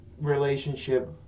relationship